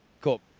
Cool